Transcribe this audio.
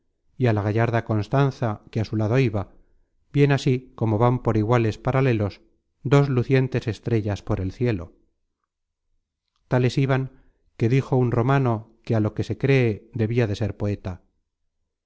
á la gallarda constanza que a su lado iba bien así como van por iguales paralelos dos lucientes estrellas por el cielo tales iban que dijo un romano que á lo que se cree debia de ser poeta